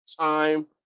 time